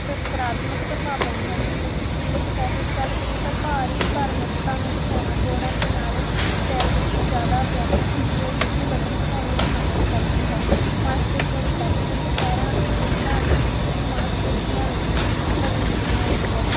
ਸਕਾਰਾਤਮਕ ਪ੍ਰਭਾਵ ਪਾਉਂਦੇ ਹਨ ਜਿਵੇਂ ਕਿ ਸਰੀਰਕ ਫਾਇਦੇ ਦੀ ਗੱਲ ਕਰੀਏ ਤਾਂ ਭਾਰੀ ਭਰਮਿਕਤਾ ਨੂੰ ਘਟਾਉਣਾ ਦੌੜਨ ਦੇ ਨਾਲ ਕੈਲਰੀ ਜ਼ਿਆਦਾ ਵਿਆਪਕ ਹੁੰਦੀ ਹੈ ਜੋ ਕਿ ਵਜ਼ਨ ਘਟਾਉਣ ਵਿੱਚ ਮਦਦ ਕਰਦੀ ਹੈ ਮਾਸਪੇਸ਼ੀਆਂ ਦੀ ਤਾਕਤ ਇਹ ਪੈਰਾਂ ਅਤੇ ਪੇਟਾਂ ਅਤੇ ਪਿੱਠ ਦੀ ਮਾਸਪੇਸ਼ੀਆਂ ਨੂੰ ਮਜ਼ਬੂਤ ਬਣਾਉਂਦੀ ਹੈ